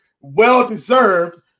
Well-deserved